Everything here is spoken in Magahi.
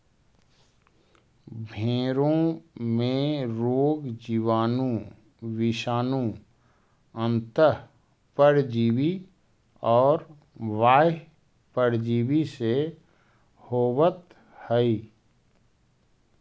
भेंड़ों में रोग जीवाणु, विषाणु, अन्तः परजीवी और बाह्य परजीवी से होवत हई